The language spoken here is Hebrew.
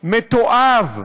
מתועב,